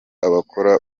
abakora